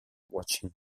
watching